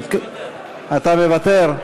אתה מוותר?